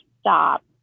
stop